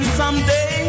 someday